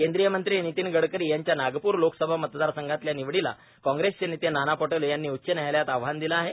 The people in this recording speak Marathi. केंदीय मंत्री नितीन गडकरी यांच्या नागपूर लोकसमा मतदारसंघातल्या निवडीला काँग्रेसचे नेते नाना पटेले यांनी उच्च न्यायालयात आव्हान दिले आहे